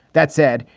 that said,